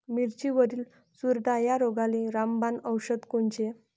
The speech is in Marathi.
मिरचीवरील चुरडा या रोगाले रामबाण औषध कोनचे?